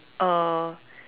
uh